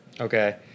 Okay